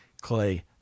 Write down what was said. Clay